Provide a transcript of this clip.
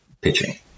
pitching